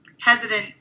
hesitant